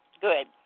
good